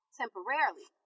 temporarily